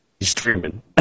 streaming